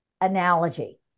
analogy